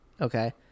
Okay